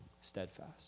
steadfast